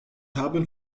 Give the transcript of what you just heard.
haben